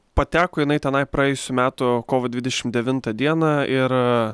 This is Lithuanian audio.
pateko jinai tenai praėjusių metų kovo dvidešimt devintą dieną ir